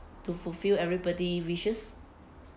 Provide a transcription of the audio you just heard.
to fulfill everybody wishes